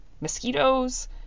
mosquitoes